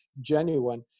genuine